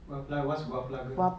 buah pelaga what's buah pelaga